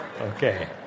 Okay